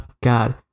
god